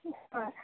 ꯍꯣꯏ